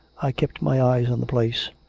i kept my eyes on the place,